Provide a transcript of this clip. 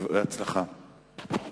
בהצלחה.